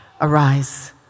arise